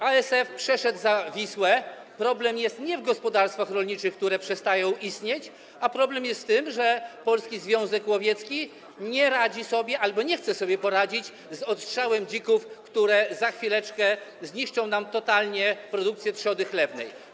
ASF przeszedł za Wisłę, problem jest nie w gospodarstwach rolniczych, które przestają istnieć, a w tym, że Polski Związek Łowiecki nie radzi sobie albo nie chce sobie poradzić z odstrzałem dzików, które za chwileczkę zniszczą nam totalnie produkcję trzody chlewnej.